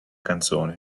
canzoni